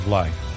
life